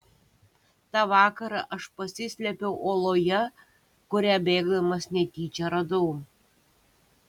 tą vakarą aš pasislėpiau uoloje kurią bėgdamas netyčia radau